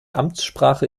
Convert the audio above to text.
amtssprache